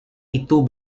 itu